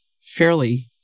fairly